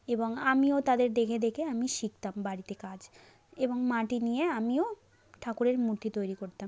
এবং আমিও তাদের দেখে দেখে আমি শিখতাম বাড়িতে কাজ এবং মাটি নিয়ে আমিও ঠাকুরের মূর্তি তৈরি করতাম